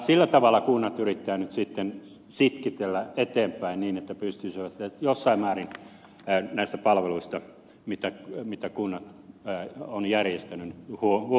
sillä tavalla kunnat yrittävät nyt sitten sitkitellä eteenpäin niin että pystyisivät jossain määrin näistä palveluista mitä kunnat ovat järjestäneet huolehtimaan